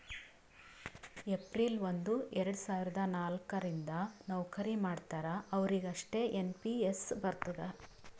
April ಒಂದು ಎರಡ ಸಾವಿರದ ನಾಲ್ಕ ರಿಂದ್ ನವ್ಕರಿ ಮಾಡ್ತಾರ ಅವ್ರಿಗ್ ಅಷ್ಟೇ ಎನ್ ಪಿ ಎಸ್ ಬರ್ತುದ್